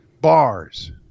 bars